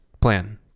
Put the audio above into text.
plan